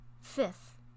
Fifth